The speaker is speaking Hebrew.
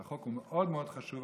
כי החוק מאוד מאוד חשוב.